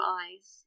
eyes